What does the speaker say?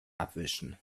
abwischen